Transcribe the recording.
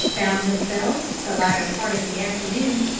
found themselves, the latter part of the afternoon,